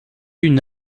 une